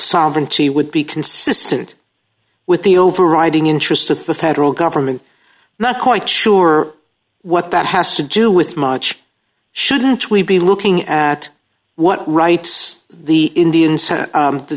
sovereignty would be consistent with the overriding interest the rd rule government not quite sure what that has to do with much shouldn't we be looking at what rights the indian sent the